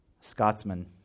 Scotsman